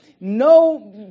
No